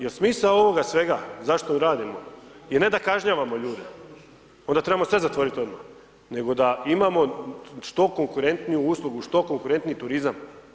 Jer smisao ovoga svega zašto ju radimo je ne da kažnjavamo ljude, onda trebamo sve zatvoriti odmah, nego da imamo što konkurentniju uslugu, što konkurentniji turizam.